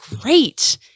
great